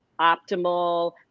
optimal